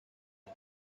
los